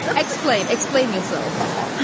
and explain explain yourself huh.